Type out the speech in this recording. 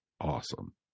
awesome